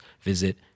visit